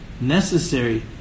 necessary